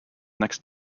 next